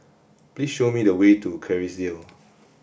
please show me the way to Kerrisdale